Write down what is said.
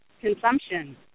consumption